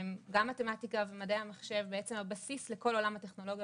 גם במתמטיקה ומדעי המחשב - בעצם הבסיס לכל עולם הטכנולוגיה